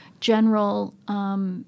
general